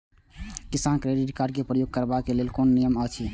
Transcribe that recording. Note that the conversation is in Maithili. किसान क्रेडिट कार्ड क प्रयोग करबाक लेल कोन नियम अछि?